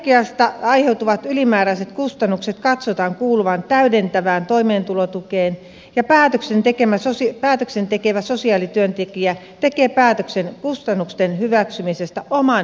keliakiasta aiheutuvien ylimääräisten kustannusten katsotaan kuuluvan täydentävään toimeentulotukeen ja päätöksen tekevä sosiaalityöntekijä tekee päätöksen kustannusten hyväksymisestä oman harkintansa mukaan